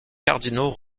cardinaux